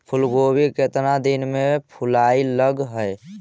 फुलगोभी केतना दिन में फुलाइ लग है?